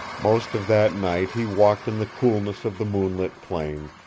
most of that night he walked in the coolness of the moonlit plain,